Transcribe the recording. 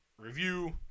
Review